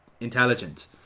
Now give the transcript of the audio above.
intelligent